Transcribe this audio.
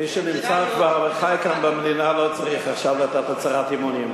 מי שנמצא כבר וחי כאן במדינה לא צריך עכשיו לתת הצהרת אמונים,